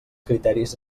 criteris